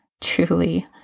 Truly